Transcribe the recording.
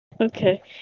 Okay